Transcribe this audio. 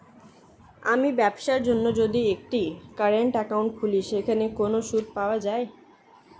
আমি ব্যবসার জন্য যদি একটি কারেন্ট একাউন্ট খুলি সেখানে কোনো সুদ পাওয়া যায়?